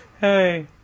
hey